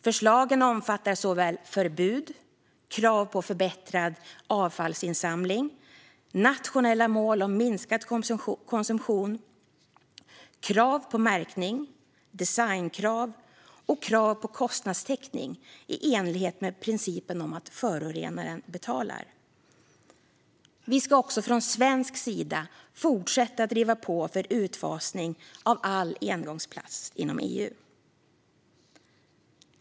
Förslagen omfattar såväl förbud som krav på förbättrad avfallsinsamling, nationella mål om minskad konsumtion, krav på märkning, designkrav och krav på kostnadstäckning i enlighet med principen att förorenaren betalar. Vi ska också från svensk sida fortsätta att driva på för utfasning av all engångsplast inom EU.